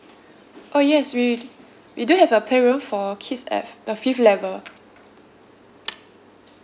oh yes we we do have a play room for kids at at fifth level